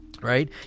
Right